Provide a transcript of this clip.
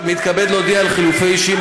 זה בגלל שבני בגין לא הולך איתכם יד